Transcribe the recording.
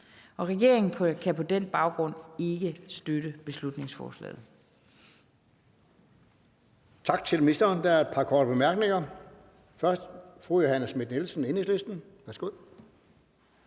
regeringen kan på den baggrund ikke støtte beslutningsforslaget.